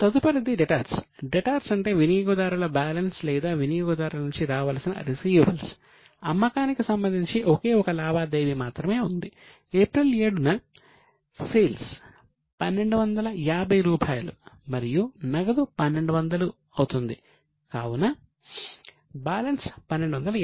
తదుపరిది డెటార్స్ 1250 రూపాయలు మరియు నగదు 1200 అందుతుంది కావున బ్యాలెన్స్ 1250